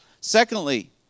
Secondly